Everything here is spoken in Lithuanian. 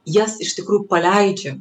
jas iš tikrųjų paleidžiam